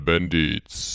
Bandits